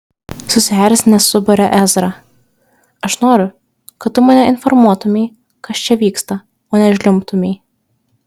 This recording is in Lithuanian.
susierzinęs subarė ezra aš noriu kad tu mane informuotumei kas čia vyksta o ne žliumbtumei